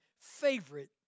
favorite